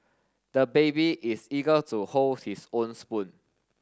the baby is eager to hold his own spoon